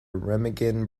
remagen